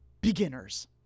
beginners